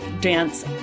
dance